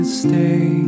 stay